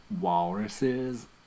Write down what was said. walruses